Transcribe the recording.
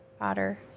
Otter